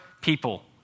people